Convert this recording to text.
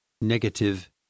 negative